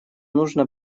нужно